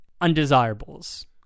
undesirables